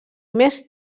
més